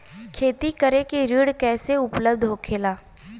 खेती करे के ऋण कैसे उपलब्ध होखेला?